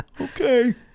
okay